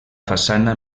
façana